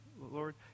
Lord